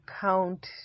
count